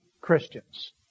Christians